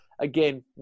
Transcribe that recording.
again